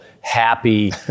happy